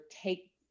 take